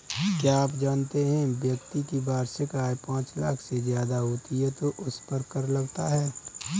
क्या आप जानते है व्यक्ति की वार्षिक आय पांच लाख से ज़्यादा होती है तो उसपर कर लगता है?